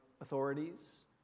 authorities